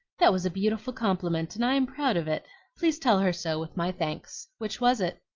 that was a beautiful compliment, and i am proud of it. please tell her so, with my thanks. which was it?